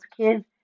kids